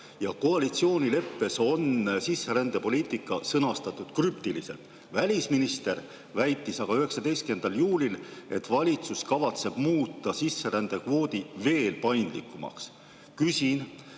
Koalitsioonileppes on sisserändepoliitika sõnastatud krüptiliselt. Välisminister väitis aga 19. juulil, et valitsus kavatseb muuta sisserändekvoodi veel paindlikumaks. Kas